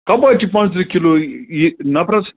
کَپٲرۍ چھِ پانٛژترٕٛہ کِلوٗ یہِ نَفرَس